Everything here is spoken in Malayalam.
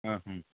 അ മ്